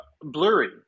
blurry